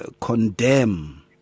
condemn